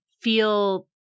feel